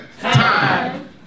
Time